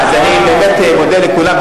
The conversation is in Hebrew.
אני באמת מודה לכולם.